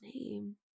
name